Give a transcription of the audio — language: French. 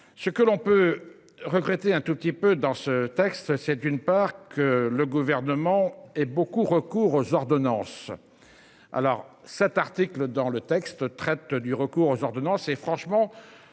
ce que l'on peut regretter un tout petit peu dans ce texte, c'est d'une part que le gouvernement est beaucoup recours aux ordonnances. Alors cet article dans le texte traite du recours aux ordonnances et franchement